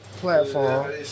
platform